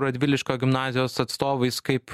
radviliškio gimnazijos atstovais kaip